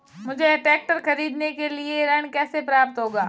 मुझे ट्रैक्टर खरीदने के लिए ऋण कैसे प्राप्त होगा?